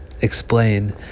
explain